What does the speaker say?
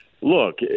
look